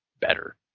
better